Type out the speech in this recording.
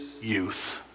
youth